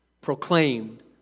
proclaimed